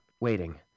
waiting